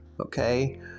Okay